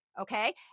okay